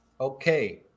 Okay